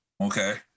Okay